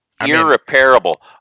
Irreparable